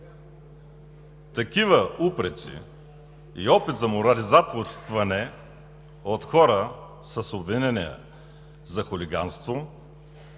Упреци и опит за морализаторстване от хора с обвинения за хулиганство,